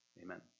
Amen